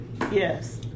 Yes